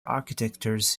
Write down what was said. architectures